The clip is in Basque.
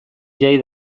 jai